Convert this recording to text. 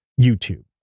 YouTube